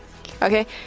Okay